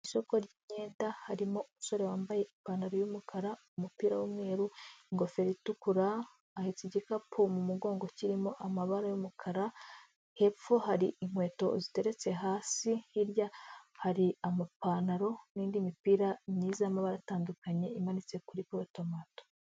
Isoko ry'imyenda harimo umusore wambaye ipantaro y'umukara, umupira w'umweru, ingofero itukura ahetse igikapu mu mugongo kirimo amabara y'umukara, hepfo hari inkweto zitereretse hasi, hirya hari amapantaro n'indi mipira myiza y'amabara atandukanye imanitse kuri porutemanto.